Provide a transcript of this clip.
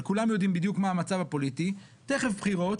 אבל כולנו יודעים בדיוק מה המצב הפוליטי: תיכף בחירות,